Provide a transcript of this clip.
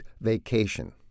vacation